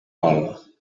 vol